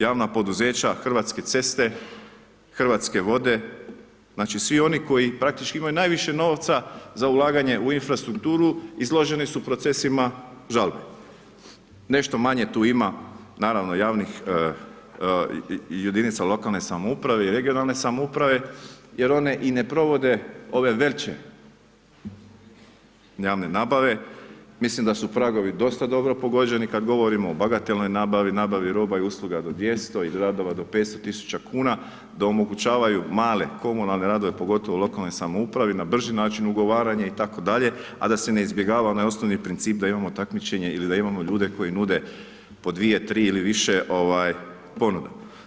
Javna poduzeća Hrvatske ceste, Hrvatske vode, znači svi oni koji praktički imaju najviše novca za ulaganje u infrastrukturu izloženi su procesima žalbe, nešto manje tu ima, naravno javnih i jedinica lokalne samouprave i regionalne samouprave jer one i ne provode ove veće javne nabave, mislim da su pragovi dosta dobro pogođeni kad govorimo o bagatelnoj nabavi, nabavi roba i usluga do 200 i radova do 500.000,00 kn, da omogućavaju male komunalne radove, pogotovo u lokalnoj samoupravi, na brži način ugovaranje itd., a da se ne izbjegava onaj osnovni princip da imamo takmičenje ili da imamo ljude koji nude po dvije, tri ili više ponuda.